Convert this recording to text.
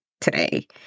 today